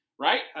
Right